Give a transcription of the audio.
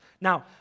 Now